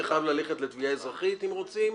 זה חייב ללכת לתביעה אזרחית אם רוצים,